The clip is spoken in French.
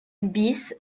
bis